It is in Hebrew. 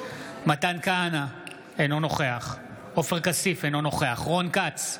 מתן כהנא, אינו נוכח עופר כסיף, אינו נוכח רון כץ,